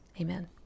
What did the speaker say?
Amen